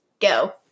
Go